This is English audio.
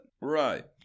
Right